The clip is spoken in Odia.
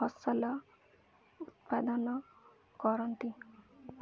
ଫସଲ ଉତ୍ପାଦନ କରନ୍ତି